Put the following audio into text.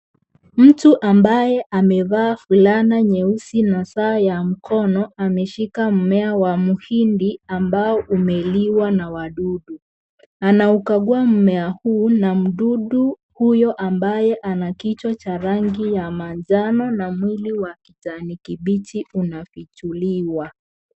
Mtu ambaye amevaa fulana nyeusi na saa ya mkono, ameshika mmea wa muhidi ambao umeliwa na wadudu. Anaukagua mmea huu na mduu huyo ambaye ama kichwa Cha rangi ya manjano na mwili wa Kijani kibichi unafichuluwa.